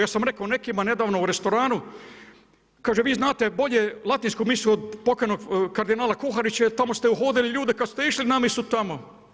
Ja sam rekao nekima nedavno u restoranu, kaže vi znate bolje latinsku misu od pokojnog kardinala Kuharića jer tamo ste uhodili ljude kad ste išli na misu tamo.